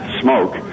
smoke